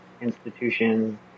institutions